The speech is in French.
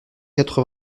quatre